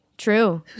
true